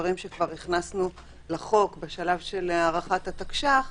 שדברים שהכנסנו לחוק בשלב של הארכת התקש"ח,